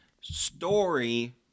Story